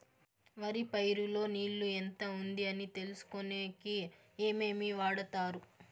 వరి పైరు లో నీళ్లు ఎంత ఉంది అని తెలుసుకునేకి ఏమేమి వాడతారు?